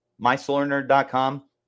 MySolarNerd.com